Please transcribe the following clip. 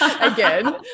again